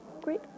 Great